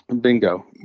Bingo